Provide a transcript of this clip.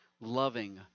loving